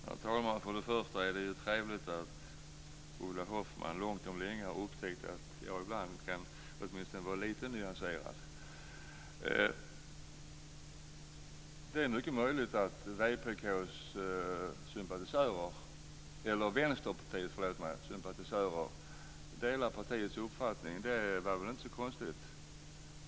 Herr talman! För det första är det ju trevligt att Ulla Hoffmann långt om länge har upptäckt att jag ibland kan vara åtminstone lite nyanserad. Det är mycket möjligt att Vänsterpartiets sympatisörer delar partiets uppfattning. Det vore väl inte så konstigt.